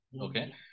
Okay